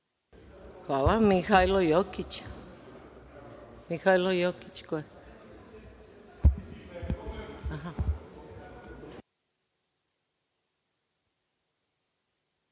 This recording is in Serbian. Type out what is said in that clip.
ima Mihajlo Jokić.